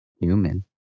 human